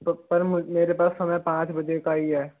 तो पर मेरे पास समय पाँच बजे का ही है